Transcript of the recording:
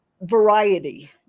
variety